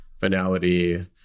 finality